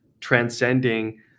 transcending